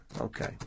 Okay